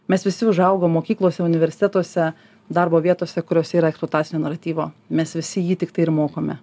mes visi užaugom mokyklose universitetuose darbo vietose kuriose yra eksploatacinio naratyvo mes visi jį tiktai ir mokome